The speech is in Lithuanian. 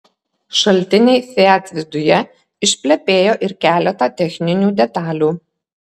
šaltiniai fiat viduje išplepėjo ir keletą techninių detalių